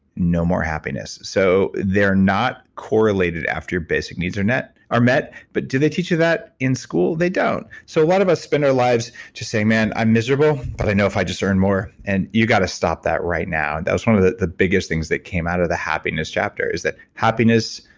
no more happiness. so, they're not correlated after your basic needs are met, but do they teach you that in school? they don't. so, a lot of us spend our lives just saying, man i'm miserable but i know if i just earn more, and you gotta stop that right now. that was one of the the biggest things that came out of the happiness chapter is that happiness,